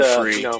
free